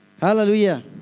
Hallelujah